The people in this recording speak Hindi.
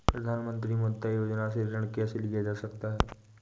प्रधानमंत्री मुद्रा योजना से ऋण कैसे लिया जा सकता है?